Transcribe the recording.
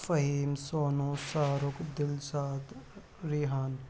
Fahim Sonu Shah Rukh Dilshad Rehan